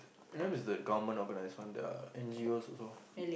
that time is the government organise one the N_G_Os also